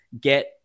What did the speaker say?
get